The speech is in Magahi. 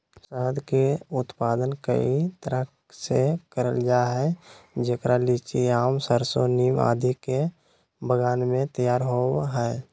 शहद के उत्पादन कई तरह से करल जा हई, जेकरा लीची, आम, सरसो, नीम आदि के बगान मे तैयार होव हई